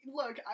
look